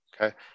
okay